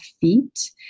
feet